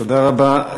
תודה רבה,